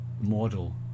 model